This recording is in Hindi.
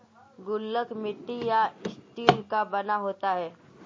गुल्लक मिट्टी या स्टील का बना होता है